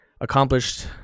accomplished